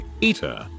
Eater